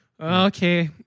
okay